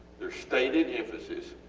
their stated emphasis,